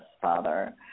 Father